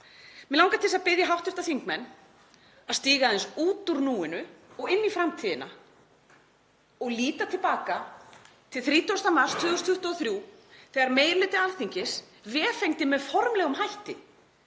Mig langar til þess að biðja hv. þingmenn að stíga aðeins út úr núinu og inn í framtíðina og líta til baka til 30. mars 2023 þegar meiri hluti Alþingis vefengdi með formlegum hætti